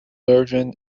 version